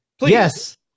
Yes